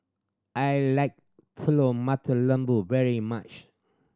I like Telur Mata Lembu very much